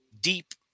deep